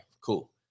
Cool